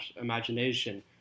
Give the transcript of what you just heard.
imagination